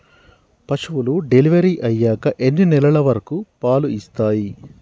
పశువులు డెలివరీ అయ్యాక ఎన్ని నెలల వరకు పాలు ఇస్తాయి?